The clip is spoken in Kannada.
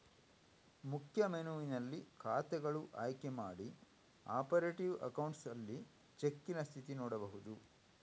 ಮುಖ್ಯ ಮೆನುವಿನಲ್ಲಿ ಖಾತೆಗಳು ಆಯ್ಕೆ ಮಾಡಿ ಆಪರೇಟಿವ್ ಅಕೌಂಟ್ಸ್ ಅಲ್ಲಿ ಚೆಕ್ಕಿನ ಸ್ಥಿತಿ ನೋಡ್ಬಹುದು